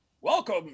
Welcome